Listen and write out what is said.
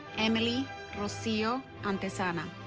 emily rocio antezana